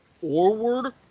forward